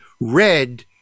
red